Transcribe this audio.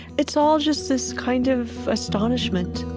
it's all just this kind of astonishment